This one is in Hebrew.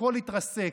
הכול התרסק.